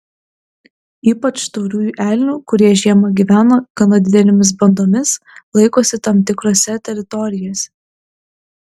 ypač tauriųjų elnių kurie žiemą gyvena gana didelėmis bandomis laikosi tam tikrose teritorijose